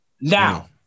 Now